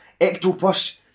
Ectopus